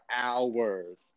hours